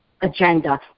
agenda